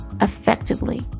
effectively